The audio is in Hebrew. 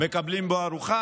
מקבלים ארוחה,